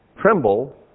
tremble